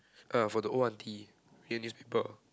uh for the old aunty read newspaper